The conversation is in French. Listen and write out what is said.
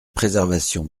préservation